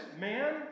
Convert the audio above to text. man